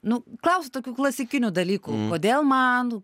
nu klausiu tokių klasikinių dalykų kodėl man